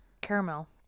Caramel